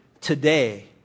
Today